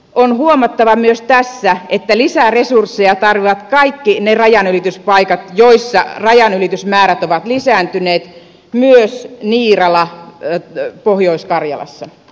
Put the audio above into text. on huomattava myös tässä että lisää resursseja tarvitsevat kaikki ne rajanylityspaikat joissa rajanylitysmäärät ovat lisääntyneet myös niirala pohjois karjalassa